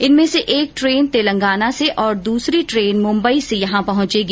इनमें से एक ट्रेन तेलंगाना से और दूसरी ट्रेन मुम्बई से यहां पहुंचेगी